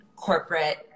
Corporate